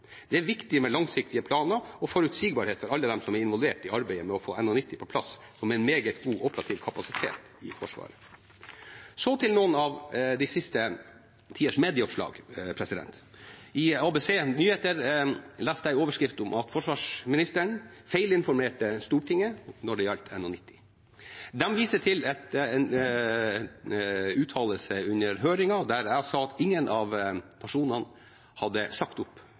Det er viktig med langsiktige planer og forutsigbarhet for alle dem som er involvert i arbeidet med å få NH90 på plass som en meget god operativ kapasitet i Forsvaret. Så til noen medieoppslag som har vært den siste tiden. I ABC Nyheter leste jeg en overskrift om at forsvarsministeren feilinformerte Stortinget når det gjaldt NH90. De viste til en uttalelse under høringen, der jeg hadde sagt at ingen av nasjonene hadde sagt opp